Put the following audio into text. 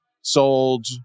sold